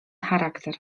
charakter